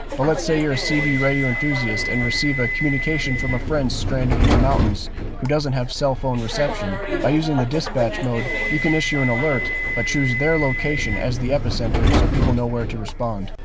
but let's say you're a cb radio enthusiast and receive a communication from a friend stranded in the mountains who doesn't have cell phone reception. by using the dispatch mode you can issue an alert but choose their location as the epicenter so people know where to respond.